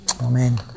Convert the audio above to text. Amen